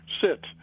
Sit